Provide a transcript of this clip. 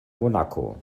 monaco